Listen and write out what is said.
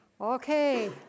Okay